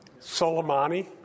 Soleimani